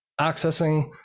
accessing